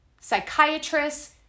psychiatrists